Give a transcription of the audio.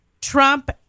Trump